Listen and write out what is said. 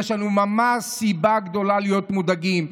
יש לנו ממש סיבה גדולה להיות מודאגים,